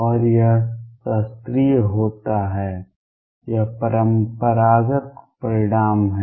और यह शास्त्रीय होता है यह परम्परागत परिणाम है